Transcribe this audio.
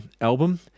album